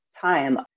time